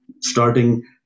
starting